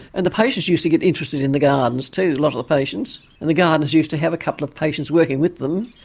and the patients used to get interested in the gardens too, a lot of the patients, and the gardeners used to have a couple of patients working with them.